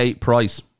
Price